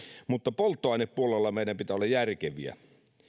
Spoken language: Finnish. mutta polttoainepuolella meidän pitää olla järkeviä